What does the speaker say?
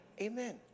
Amen